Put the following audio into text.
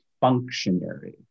functionary